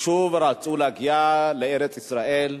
ביקשו ורצו להגיע לארץ-ישראל,